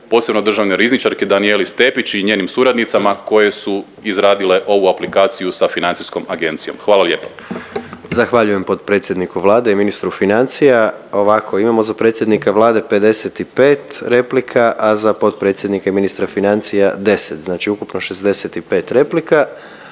posebno državnoj rizničarki Danijeli Stepić i njezinim suradnicama koje su izradile ovu aplikaciju sa financijskom agencijom. Hvala lijepa. **Jandroković, Gordan (HDZ)** Zahvaljujem potpredsjedniku Vlade i ministru financija. Ovako imamo za predsjednika Vlade 55 replika, a za potpredsjednika i ministra financija 10. Znači ukupno 65 replika.